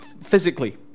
physically